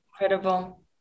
incredible